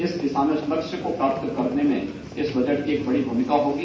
इस लक्ष्य को प्राप्त करने में इस बजट की बड़ी भूमिका होगी